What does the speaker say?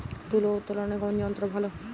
তুলা উত্তোলনে কোন যন্ত্র ভালো?